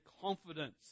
confidence